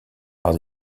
par